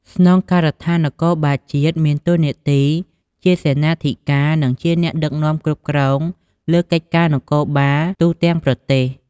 ស្នងការដ្ឋាននគរបាលជាតិ មានតួនាទីជាសេនាធិការ និងជាអ្នកដឹកនាំគ្រប់គ្រងលើកិច្ចការនគរបាលទូទាំងប្រទេស។